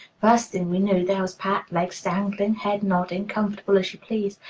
first thing we knew, there was pat, legs dangling, head nodding, comfortable as you please.